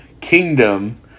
kingdom